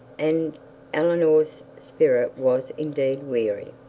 and eleanor's spirit was indeed weary.